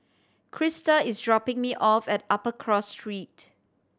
Krista is dropping me off at Upper Cross Street